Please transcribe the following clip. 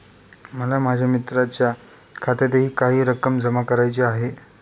मला माझ्या मित्राच्या खात्यातही काही रक्कम जमा करायची आहे